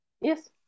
yes